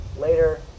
later